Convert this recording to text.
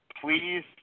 please